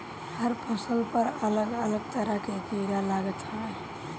हर फसल पर अलग अलग तरह के कीड़ा लागत हवे